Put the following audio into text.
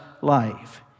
life